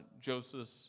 Joseph